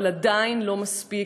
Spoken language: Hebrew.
אבל עדיין לא מספיק,